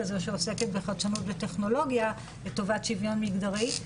הזו שעוסקת בחדשנות וטכנולוגיה לטובת שוויון מגדרי,